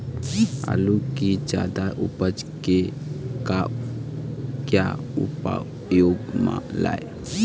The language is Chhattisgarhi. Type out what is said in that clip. आलू कि जादा उपज के का क्या उपयोग म लाए?